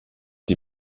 die